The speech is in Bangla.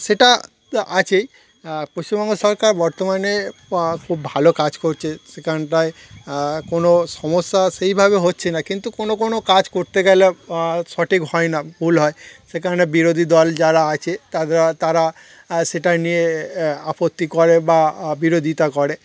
সেটা তো আছেই পশ্চিমবঙ্গ সরকার বর্তমানে খুব ভালো কাজ করছে সেখানটায় কোনো সমস্যা সেইভাবে হচ্ছে না কিন্তু কোনো কোনো কাজ করতে গেলে সঠিক হয় না ভুল হয় সেই কারণে বিরোধী দল যারা আছে তারা তারা সেটা নিয়ে আপত্তি করে বা বিরোধিতা করে